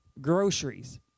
groceries